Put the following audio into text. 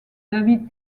david